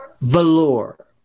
Velour